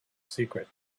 secret